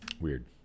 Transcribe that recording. weird